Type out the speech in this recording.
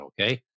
okay